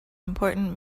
important